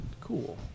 cool